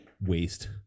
waste